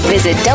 Visit